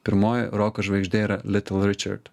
pirmoji roko žvaigždė yra litl ričirt